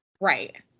Right